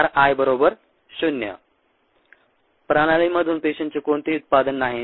ri 0 प्रणालीमधून पेशींचे कोणतेही उत्पादन नाही